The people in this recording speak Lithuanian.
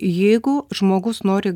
jeigu žmogus nori